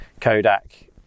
Kodak